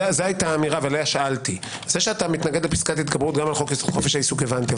זה שאתה מתנגד לפסקת התגברות גם על חוק יסוד: חופש העיסוק - הבנתי.